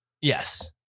Yes